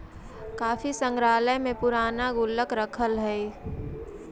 काफी संग्रहालय में पूराना गुल्लक रखल हइ